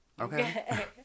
Okay